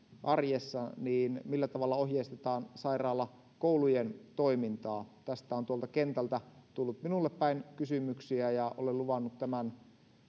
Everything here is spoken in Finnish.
arjessa niin millä tavalla ohjeistetaan sairaalakoulujen toimintaa tästä on tuolta kentältä tullut minulle päin kysymyksiä ja olen luvannut tämän